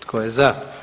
Tko je za?